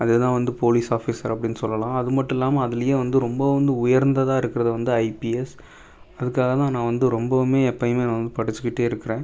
அது தான் வந்து போலீஸ் ஆஃபீஸர் அப்படின்னு சொல்லலாம் அது மட்டும் இல்லாமல் அதிலயே வந்து ரொம்ப வந்து உயர்ந்ததாக இருக்கிறது வந்து ஐபிஎஸ் அதுக்காக தான் நான் வந்து ரொம்பவுமே எப்போயுமே நான் வந்து படிச்சசுக்கிட்டே இருக்கிறேன்